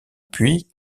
puis